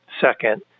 Second